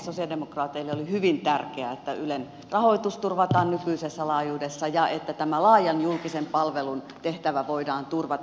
sosialidemokraateille oli hyvin tärkeää että ylen rahoitus turvataan nykyisessä laajuudessa ja että tämä laajan julkisen palvelun tehtävä voidaan turvata